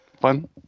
Fun